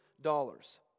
dollars